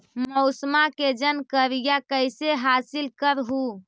मौसमा के जनकरिया कैसे हासिल कर हू?